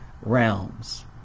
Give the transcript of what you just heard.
realms